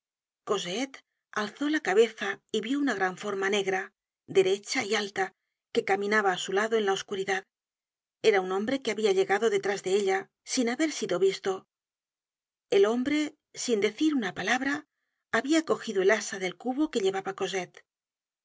cosette alzó la cabeza y vió una gran forma negra derecha y alta que caminaba á su lado en la oscuridad era un hombre que habia llegado detrás de ella sin haber sido visto el hombre sin decir una palabra habia cogido el asa del cubo que llevaba